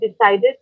decided